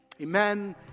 Amen